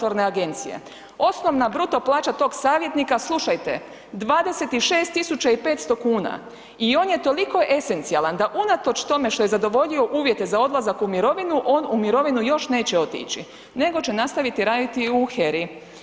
Osnovna bruto plaća tog savjetnika, slušajte, 26 500 i on je toliko esencijalan da unatoč tome što je zadovoljio uvjete za odlazak u mirovinu, on u mirovinu još neće otići nego će nastaviti radi u HERA-i.